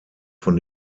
von